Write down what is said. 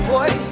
Boy